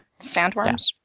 sandworms